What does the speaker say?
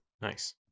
Nice